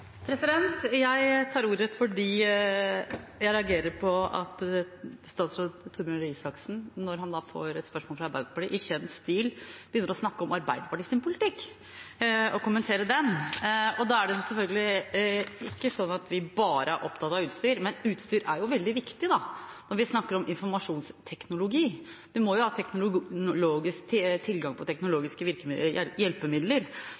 Jeg tar ordet fordi jeg reagerer på at statsråd Torbjørn Røe Isaksen når han får et spørsmål fra Arbeiderpartiet, i kjent stil begynner å snakke om Arbeiderpartiets politikk og kommentere den. Vi er selvfølgelig ikke bare opptatt av utstyr, men utstyr er veldig viktig når vi snakker om informasjonsteknologi. Vi må jo ha tilgang på teknologiske hjelpemidler